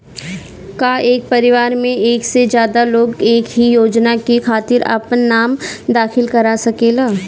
का एक परिवार में एक से ज्यादा लोग एक ही योजना के खातिर आपन नाम दाखिल करा सकेला?